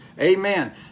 Amen